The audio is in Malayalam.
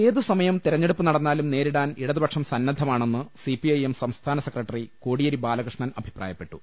ഏതു സമയം തിരഞ്ഞെടുപ്പ് നടന്നാലും നേരിടാൻ ഇടതുപക്ഷം സന്നദ്ധമാണെന്ന് സിപിഐഎം സംസ്ഥാന സെക്രട്ടറി കോടിയേരി ബാലകൃഷ്ണൻ അഭിപ്രായപ്പെട്ടു